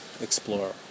explore